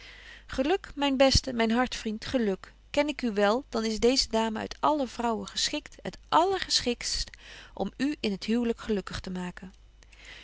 myn beste myn hartvriend geluk ken ik u wel dan is deeze dame uit alle vrouwen geschikt het allergeschiktst om u in het huwlyk gelukkig te maken